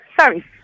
sorry